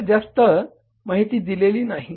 आपल्याला जास्त माहिती दिलेली नाही